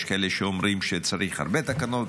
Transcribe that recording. יש כאלה שאומרים שצריך הרבה תקנות,